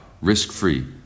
risk-free